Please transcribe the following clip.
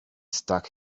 stuck